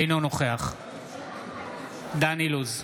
אינו נוכח דן אילוז,